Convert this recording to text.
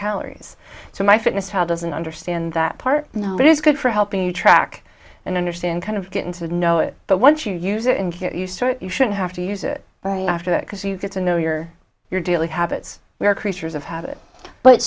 calories so my fitness how doesn't understand that part no but it's good for helping you track and understand kind of getting to know it but once you use it and you start you shouldn't have to use it after that because you get to know your your daily habits we are creatures of habit but